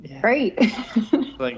Great